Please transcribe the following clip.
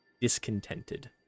discontented